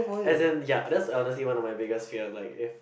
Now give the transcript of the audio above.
as in ya that's honestly one of my biggest fear like if